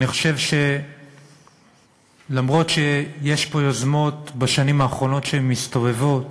אני חושב שאף שיש פה בשנים האחרונות יוזמות שמסתובבות